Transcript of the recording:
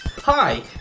Hi